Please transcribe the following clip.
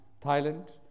Thailand